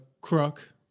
crook